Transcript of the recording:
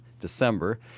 December